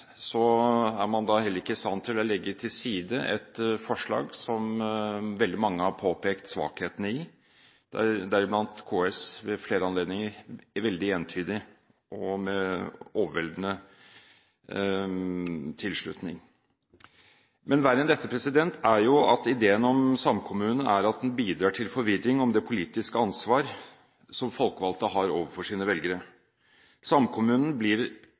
heller ikke er i stand til å legge til side et forslag som veldig mange har påpekt svakhetene i, deriblant KS ved flere anledninger – veldig entydig og med overveldende tilslutning. Men verre enn dette er at ideen om samkommunen bidrar til forvirring om det politiske ansvar som folkevalgte har overfor sine velgere. Samkommunen blir